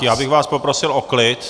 Já bych vás poprosil o klid.